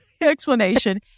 explanation